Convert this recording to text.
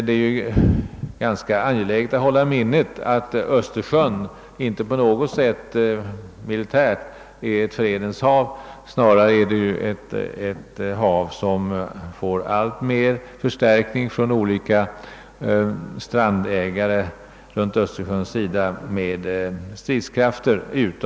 Det är ju angeläget att hålla i minnet att Östersjön ur militär synpunkt inte på något sätt är ett fredens hav; Östersjön förstärks snarare alltmer med stridskrafter av de övriga strandägarna.